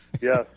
Yes